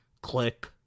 click